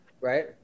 Right